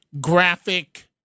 graphic